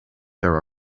there